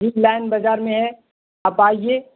ٹھیک لائن بازار میں ہے آپ آئیے